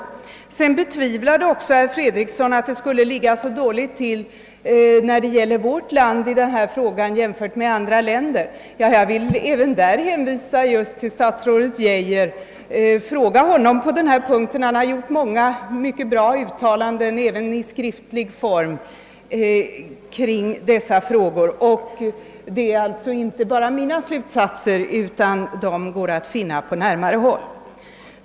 Herr Fredriksson betvivlade också att vårt land skulle ligga så dåligt till i denna fråga jämfört med andra länder. Jag vill även på den punkten hänvisa till statsrådet Geijer. Fråga honom om den saken! Han har gjort många bra uttalanden kring dessa frågor. Detta är alltså inte bara mina slutsatser, utan de går att finna på närmare håll.